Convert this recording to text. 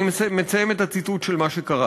אני מסיים את הציטוט של מה שקראתי.